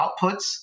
outputs